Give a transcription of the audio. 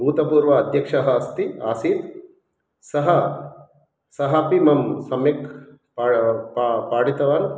भूतपूर्व अध्यक्षः अस्ति आसीत् सः सः अपि मां सम्यक् पा पा पाठितवान्